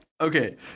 Okay